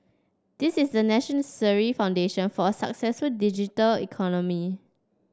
this is the necessary foundation for a successful digital economy